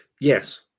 Yes